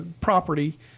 property